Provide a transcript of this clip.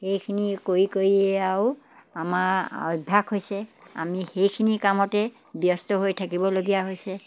সেইখিনি কৰি কৰিয়ে আৰু আমাৰ অভ্যাস হৈছে আমি সেইখিনি কামতে ব্যস্ত হৈ থাকিবলগীয়া হৈছে